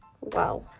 wow